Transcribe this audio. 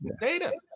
data